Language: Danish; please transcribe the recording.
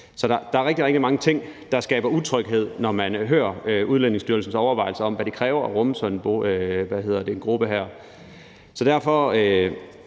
Så der er rigtig, rigtig mange ting, der skaber utryghed, når man hører Udlændingestyrelsens overvejelser om, hvad det kræver at rumme sådan en gruppe her. Derfor